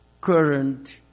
current